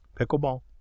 pickleball